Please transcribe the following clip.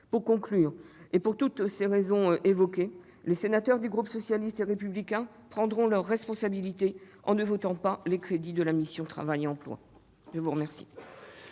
instants. Pour toutes les raisons évoquées, les sénateurs du groupe socialiste et républicain prendront leurs responsabilités, en ne votant pas les crédits de la mission « Travail et emploi ». La parole